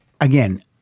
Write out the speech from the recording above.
again